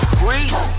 grease